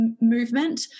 movement